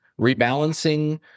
rebalancing